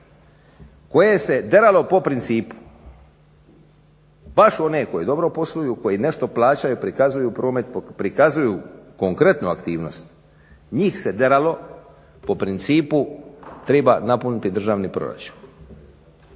koje se deralo po principu baš one koji dobro posluju, koji nešto plaćaju, prikazuju promet, prikazuju konkretnu aktivnost, njih se deralo po principu treba napuniti državni proračun.